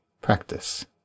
Practice